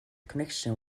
connection